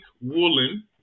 Woolen